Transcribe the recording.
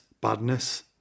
badness